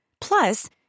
Plus